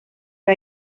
que